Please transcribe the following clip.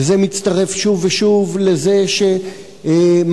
וזה מצטרף שוב ושוב לזה שמקשים,